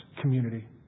community